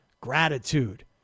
gratitude